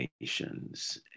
nations